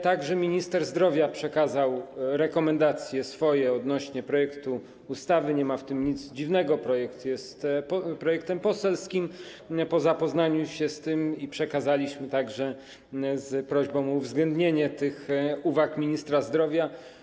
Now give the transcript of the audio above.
Także minister zdrowia przekazał swoje rekomendacje odnośnie do projektu ustawy - nie ma w tym nic dziwnego, projekt jest projektem poselskim - po zapoznaniu się z tym przekazaliśmy także prośbę o uwzględnienie uwag ministra zdrowia.